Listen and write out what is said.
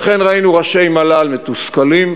לכן ראינו ראשי מל"ל מתוסכלים,